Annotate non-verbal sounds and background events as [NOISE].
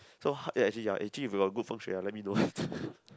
so ha~ ya actually ya actually if you got good Feng Shui ah let me know [LAUGHS]